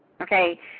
Okay